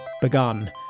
begun